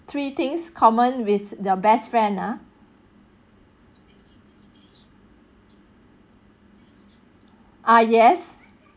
three things common with your best friend ah ah yes